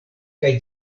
kaj